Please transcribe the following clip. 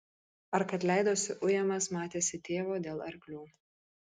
ar kad leidosi ujamas matėsi tėvo dėl arklių